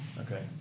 Okay